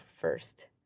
first